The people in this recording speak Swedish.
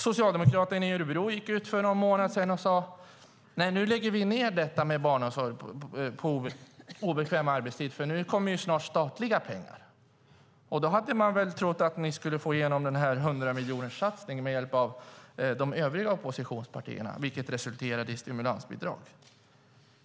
Socialdemokraterna i Örebro gick för någon månad sedan ut och sade: Nu lägger vi ned barnomsorgen på obekväm arbetstid, för snart kommer statliga pengar. Då hade man väl trott att ni skulle få igenom hundramiljonerssatsningen med hjälp av de övriga oppositionspartierna, vilket resulterade i stimulansbidrag.